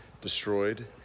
destroyed